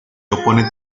opone